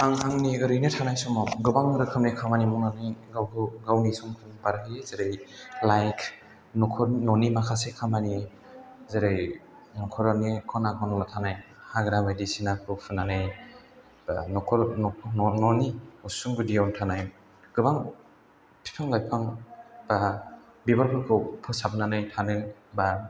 आं आंनि ओरैनो थानाय समाव गोबां रोखोमनि खामानि मावनानै गावखौ गावनि समखौ बारहोयो जेरै लाइख नखर न'नि माखासे खामानि जेरै नखरनि खना खनला थानाय हाग्रा बायदिसिनाखौ फुनानै नखर न' न' न'नि उसुं गुदियाव थानाय गोबां बिफां लाइफां बा बिबारफोरखौ फोसाबनानानै थानो बा